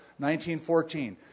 1914